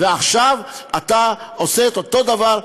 ועכשיו אתה עושה את אותו דבר,